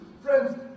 Friends